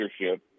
leadership